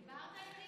דיברת איתי?